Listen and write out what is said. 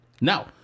Now